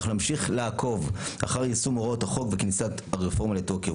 אנחנו נמשיך לעקוב אחר יישום הוראות החוק וכניסת הרפורמה לתוקף.